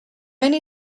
many